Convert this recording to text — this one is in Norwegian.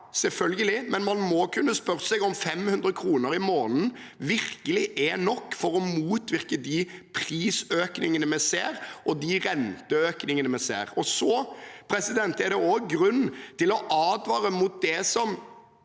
selvfølgelig bra, men man må kunne spørre seg om 500 kr i måneden virkelig er nok for å motvirke de prisøkningene vi ser, og de renteøkningene vi ser. Det er òg grunn til å advare mot det som